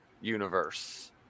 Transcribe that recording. universe